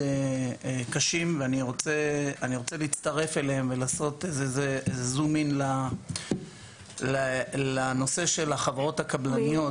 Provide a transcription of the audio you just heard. ואני רוצה להצטרף אליהם ולעשות זום אין לנושא של החברות הקבלניות